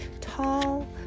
Tall